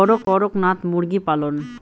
করকনাথ মুরগি পালন?